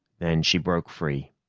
then she broke free.